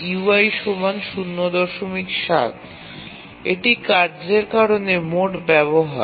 এটি কার্যের কারণে মোট ব্যবহার